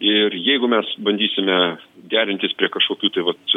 ir jeigu mes bandysime derintis prie kažkokių tai vat